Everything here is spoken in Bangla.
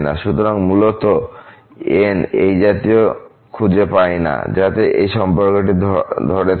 সুতরাং মূলত আমরা Nএই জাতীয় খুঁজে পাই না যাতে এই সম্পর্কটি ধরে থাকে